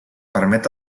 permet